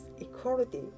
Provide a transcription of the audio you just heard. equality